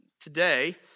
today